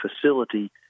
facility